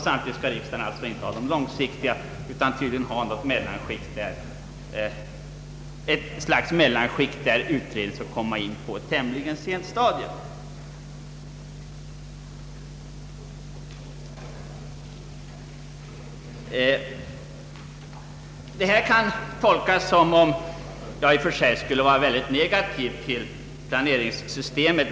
Samtidigt skall riksdagen inte heller befatta sig med de långsiktiga frågorna, utan tydligen endast agera på något slags mellanskikt, där utredningen kommer in på ett tämligen sent stadium. Vad jag nu sagt kan tolkas som om jag skulle vara synnerligen negativt inställd till planeringssystemet.